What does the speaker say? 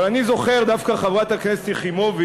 אבל אני זוכר דווקא, חברת הכנסת יחימוביץ,